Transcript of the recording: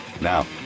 Now